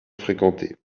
fréquenté